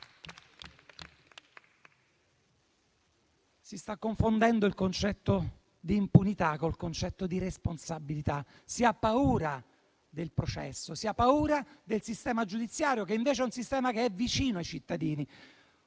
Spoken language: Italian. Si sta confondendo il concetto di impunità con il concetto di responsabilità. Si ha paura del processo, si ha paura del sistema giudiziario che invece è un sistema che è vicino ai cittadini.